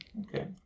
okay